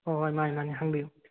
ꯍꯣꯏ ꯍꯣꯏ ꯃꯥꯅꯤ ꯃꯥꯅꯤ ꯍꯪꯕꯤꯌꯨ